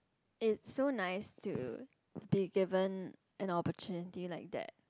it's so nice to be given an opportunity like that